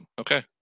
Okay